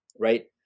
Right